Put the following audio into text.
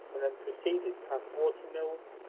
and then proceeded past water-mills,